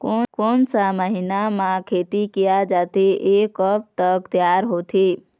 कोन सा महीना मा खेती किया जाथे ये कब तक तियार होथे?